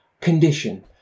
condition